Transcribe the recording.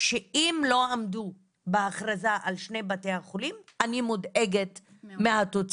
שאם לא עמדו בהכרזה על שני בתי החולים אני מודאגת מהתוצאות.